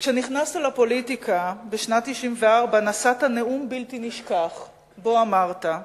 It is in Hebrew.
כשנכנסת לפוליטיקה בשנת 1994 נשאת נאום בלתי נשכח ובו אמרת: